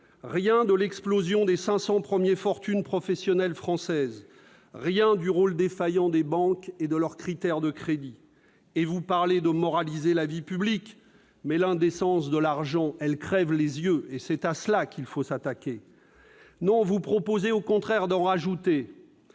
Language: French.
rien de l'explosion des 500 premières fortunes professionnelles françaises, rien du rôle défaillant des banques et de leurs critères de crédit. Et vous parlez de moraliser la vie publique ! Mais l'indécence de l'argent crève les yeux, et c'est à elle qu'il faut s'attaquer. Bien au contraire, vous proposez d'en rajouter,